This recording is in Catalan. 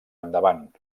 endavant